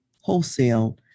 wholesale